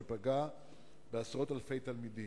שפגע בעשרות אלפי תלמידים.